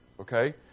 okay